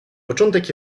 początek